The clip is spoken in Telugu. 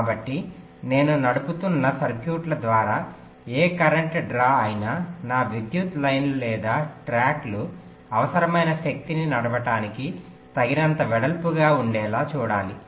కాబట్టి నేను నడుపుతున్న సర్క్యూట్ల ద్వారా ఏ కరెంట్ డ్రా అయినా నా విద్యుత్ లైన్లు లేదా ట్రాక్లు అవసరమైన శక్తిని నడపడానికి తగినంత వెడల్పుగా ఉండేలా చూడాలి